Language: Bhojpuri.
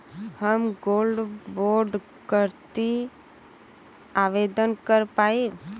हम गोल्ड बोड करती आवेदन कर पाईब?